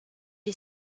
est